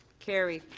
carried.